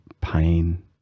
pain